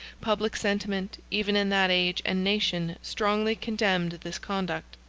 public sentiment, even in that age and nation, strongly condemned this conduct.